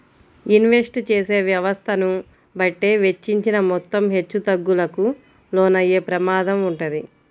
invest చేసే వ్యవస్థను బట్టే వెచ్చించిన మొత్తం హెచ్చుతగ్గులకు లోనయ్యే ప్రమాదం వుంటది